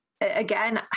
again